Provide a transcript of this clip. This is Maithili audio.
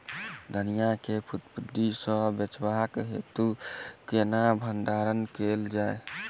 धनिया केँ फफूंदी सऽ बचेबाक हेतु केना भण्डारण कैल जाए?